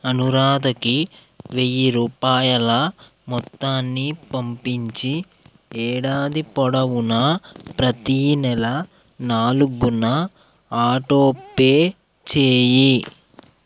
అనురాధకి వెయ్యి రూపాయల మొత్తాన్ని పంపించి ఏడాది పొడవునా ప్రతీ నెల నాలుగున ఆటోపే చేయి